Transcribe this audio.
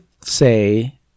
say